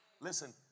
Listen